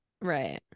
Right